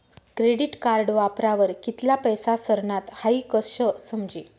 credit card वापरावर कित्ला पैसा सरनात हाई कशं समजी